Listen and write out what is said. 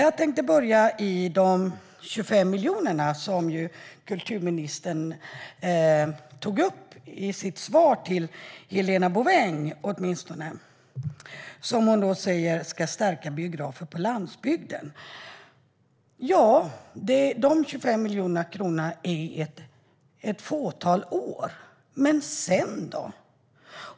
Jag tänkte börja med de 25 miljonerna som kulturministern tog upp, åtminstone i sitt svar till Helena Bouveng, och som hon säger ska stärka biografer på landsbygden. Det är 25 miljoner kronor i ett fåtal år. Men sedan, då?